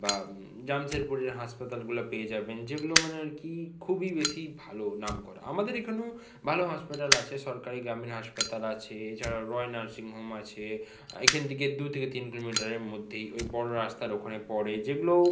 বা জামশেদপুরের হাসপাতালগুলো পেয়ে যাবেন যেগুলো মানে আর কি খুবই বেশি ভালো নাম করা আমাদের এখানেও ভালো হসপিটাল আছে সরকারি গ্রামীণ হাসপাতাল আছে এছাড়া রয় নার্সিং হোম আছে এখান থেকে দু থেকে তিন কিলোমিটারের মধ্যেই ওই বড় রাস্তার ওখানে পড়ে যেগুলো